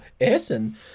Essen